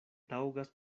taŭgas